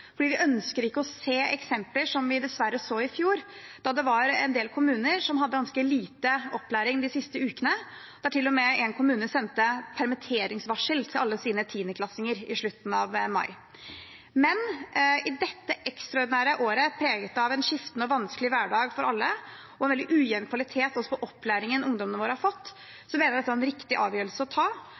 Vi ønsker ikke å se slike eksempler som vi dessverre så i fjor, da det var en del kommuner som hadde ganske lite opplæring de siste ukene, og da en kommune til og med sendte permitteringsvarsel til alle sine tiendeklassinger i slutten av mai. Men i dette ekstraordinære året, preget av en skiftende og vanskelig hverdag for alle og en veldig ujevn kvalitet på opplæringen ungdommene våre har fått, mener vi at dette var en riktig avgjørelse å ta.